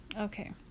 okay